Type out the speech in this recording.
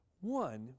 One